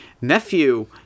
nephew